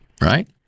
right